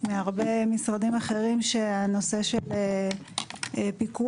מהרבה משרדים אחרים שהנושא של פיקוח